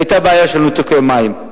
היתה בעיה של ניתוקי מים.